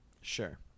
Sure